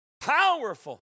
Powerful